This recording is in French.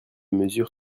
mesures